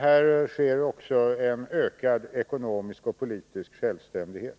Här sker också en utveckling mot ökad ekonomisk och politisk självständighet.